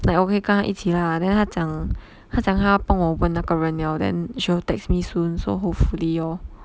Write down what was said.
like 我可以跟他一起啦 then 他讲他讲他帮我问那个人 liao then she will text me soon so hopefully lor